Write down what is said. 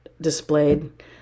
displayed